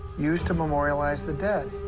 used to memorialize the dead.